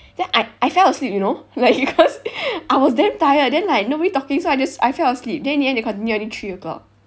then I I fell asleep you know like because I was damn tired then like nobody talking so I just I fell asleep then in the end they continue until three o'clock